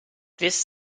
this